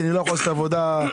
כי אני לא יכול לעשות עבודה נוספת.